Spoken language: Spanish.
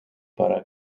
para